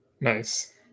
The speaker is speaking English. nice